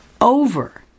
over